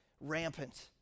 rampant